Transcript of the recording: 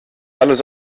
alles